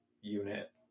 unit